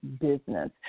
business